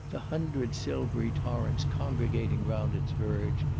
the hundred silvery torrents congregating round its verge,